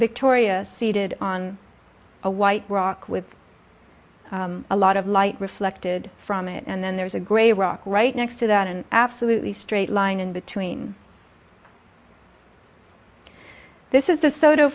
victoria seated on a white rock with a lot of light reflected from it and then there's a gray rock right next to that and absolutely straight line in between this is the so